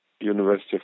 University